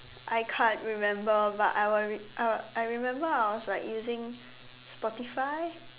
I can't remember but I was re~ I I remember I was using Spotify